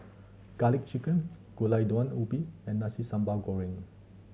Garlic Chicken Gulai Daun Ubi and Nasi Sambal Goreng